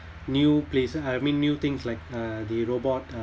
new places I mean new things like uh the robot uh